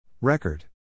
Record